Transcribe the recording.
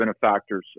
benefactors